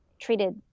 treated